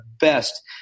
best